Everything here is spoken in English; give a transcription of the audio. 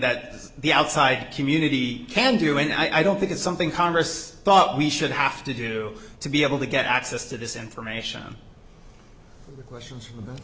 that the outside community can do and i don't think it's something congress thought we should have to do to be able to get access to this information questions